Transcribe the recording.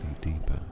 deeper